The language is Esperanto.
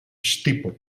ŝtipo